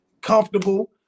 comfortable